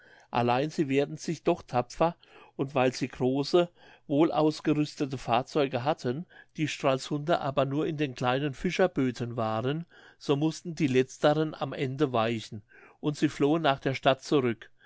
allein sie wehrten sich doch tapfer und weil sie große wohlausgerüstete fahrzeuge hatten die stralsunder aber nur in den kleinen fischerböten waren so mußten die letzteren am ende weichen und sie flohen nach der stadt zurück